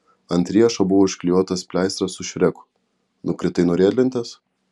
ant riešo buvo užklijuotas pleistras su šreku nukritai nuo riedlentės